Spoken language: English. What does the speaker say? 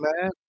man